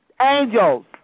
angels